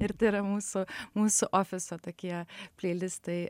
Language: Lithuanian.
ir tai yra mūsų mūsų ofiso tokie pleilistai